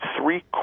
three